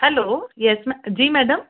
hello yes मै जी madam